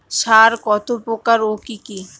সার কত প্রকার ও কি কি?